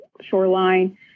shoreline